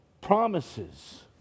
promises